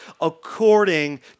according